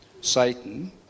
Satan